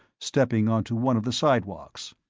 stepping onto one of the sidewalks.